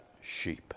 sheep